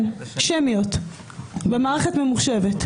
כן, רשימות שמיות במערכת ממוחשבת.